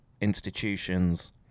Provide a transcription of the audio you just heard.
institutions